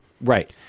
Right